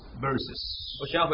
verses